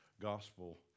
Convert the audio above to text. gospel